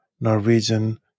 norwegian